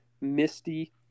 misty